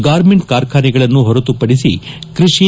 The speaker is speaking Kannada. ಗಾರ್ಮೆಂಟ್ ಕಾರ್ಖಾನೆಗಳನ್ನು ಹೊರತುಪಡಿಸಿ ಕ್ಕಷಿ